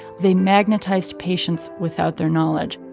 they magnetized patients without their knowledge